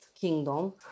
Kingdom